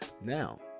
Now